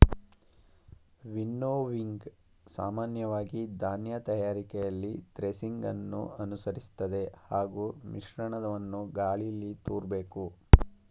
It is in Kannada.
ವಿನ್ನೋವಿಂಗ್ ಸಾಮಾನ್ಯವಾಗಿ ಧಾನ್ಯ ತಯಾರಿಕೆಯಲ್ಲಿ ಥ್ರೆಸಿಂಗನ್ನು ಅನುಸರಿಸ್ತದೆ ಹಾಗೂ ಮಿಶ್ರಣವನ್ನು ಗಾಳೀಲಿ ತೂರ್ಬೇಕು